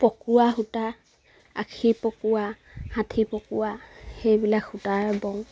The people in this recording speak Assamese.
পকোৱা সূতা আশী পকোৱা হাঠি পকোৱা সেইবিলাক সূতাৰে বওঁ